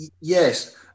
Yes